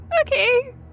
Okay